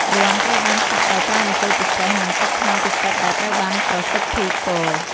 យ័ន្តត្រូវបានសាក់ដោយប្រើម្ជុលពិសេសនិងទឹកថ្នាំពិសិដ្ឋដែលត្រូវបានប្រសិទ្ធិពរ។